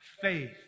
faith